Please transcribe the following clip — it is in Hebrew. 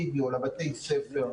וידאו לבתי הספר,